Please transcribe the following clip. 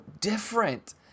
different